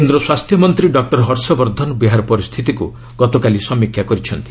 କେନ୍ଦ୍ର ସ୍ୱାସ୍ଥ୍ୟମନ୍ତ୍ରୀ ଡକ୍ଟର ହର୍ଷବର୍ଦ୍ଧନ ବିହାର ପରିସ୍ଥିତିକ୍ତ ଗତକାଲି ସମୀକ୍ଷା କରିଛନ୍ତି